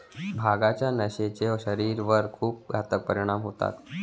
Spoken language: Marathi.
भांगाच्या नशेचे शरीरावर खूप घातक परिणाम होतात